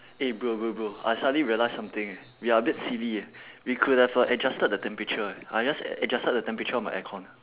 eh bro bro bro I suddenly realise something eh we are a bit silly eh we could have uh adjusted the temperature eh I just adjusted the temperature of my aircon